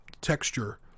texture